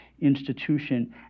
institution